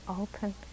open